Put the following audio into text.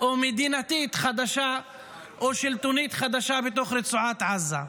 או מדינתית או שלטונית חדשה בתוך רצועת עזה.